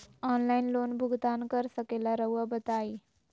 Online loan भुगतान कर सकेला राउआ बताई?